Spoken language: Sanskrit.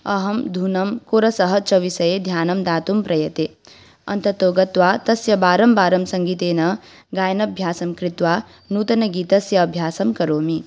अहं धुनं कोरसः च विषये ध्यानं दातुं प्रयते अन्ततो गत्वा तस्य वारं वारं सङ्गीतेन गायनाभ्यासं कृत्वा नूतनगीतस्य अभ्यासं करोमि